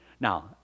Now